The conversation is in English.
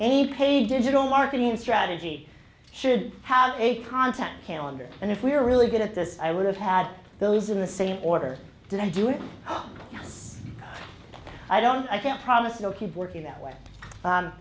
any pay digital marketing strategy should have a content calendar and if we're really good at this i would have had those in the same order did i do it oh i don't i can't promise i'll keep working that way